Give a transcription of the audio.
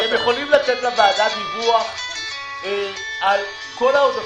אתם יכולים לתת לוועדה דיווח על כל העודפים,